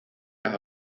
las